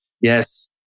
yes